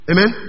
Amen